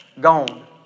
gone